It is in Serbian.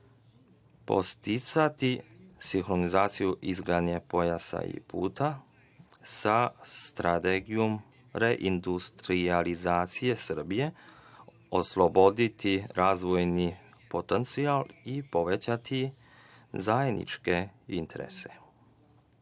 postizati sinhronizaciju izgradnje „Pojasa i puta“ sa Strategijom reindustrijalizacije Srbije, osloboditi razvojni potencijal i povećati zajedničke interese.